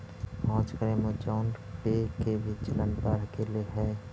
आजकल ऐमज़ान पे के भी चलन बढ़ गेले हइ